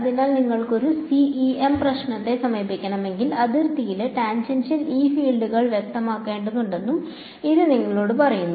അതിനാൽ നിങ്ങൾക്ക് ഒരു CEM പ്രശ്നത്തെ സമീപിക്കണമെങ്കിൽ അതിർത്തിയിലെ ടാൻജെൻഷ്യൽ E ഫീൽഡുകൾ വ്യക്തമാക്കേണ്ടതുണ്ടെന്നും ഇത് നിങ്ങളോട് പറയുന്നു